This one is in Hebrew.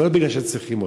אבל לא כי צריכים אותם.